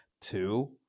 two